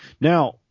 Now